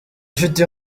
ufite